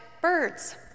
birds